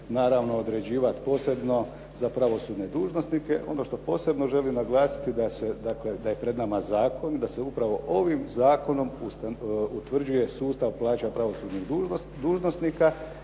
naravno određivati posebno za pravosudne dužnosnike. Ono što posebno želim naglasiti da se dakle da je pred nama zakon i da se upravo ovim zakonom utvrđuje sustav plaća pravosudnih dužnosnika